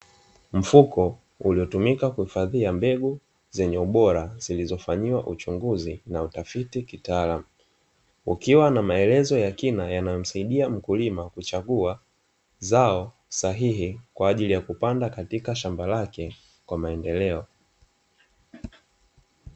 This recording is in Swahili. Mfuko uliotumika kuhifadhia mbegu zenye ubora zilizofanyiwa uchunguzi na utafiti kitaalamu ukiwa na maelezo ya kina yanayomsaidia mkulima kuchagua zao sahihi kwa ajili ya kupanda katika shamba lake kwa maendeleo.